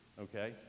okay